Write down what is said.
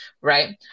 right